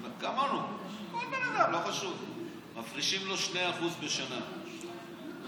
כל בן אדם, לא חשוב, מפרישים לו 2% בשנה לפנסיה.